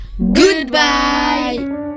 Goodbye